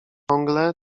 ciągle